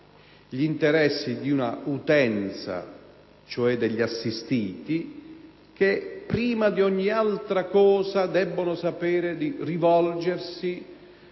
gli interessi di una utenza - gli assistiti - che prima di ogni altra cosa debbono sapere di rivolgersi